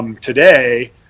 Today